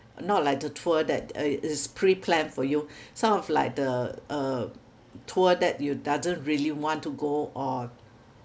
not like the tour that uh it's pre-planned for you some of like the uh tour that you doesn't really want to go or